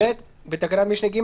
אבל זה רק מה שהוא בלי אכילה.